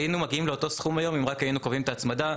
היינו מגיעים לאותו סכום היום אם רק היינו קובעים את ההצמדה.